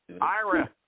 Ira